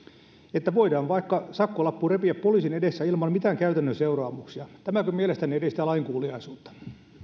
ja voidaan vaikka sakkolappu repiä poliisin edessä ilman mitään käytännön seuraamuksia tämäkö mielestänne edistää lainkuuliaisuutta